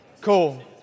Cool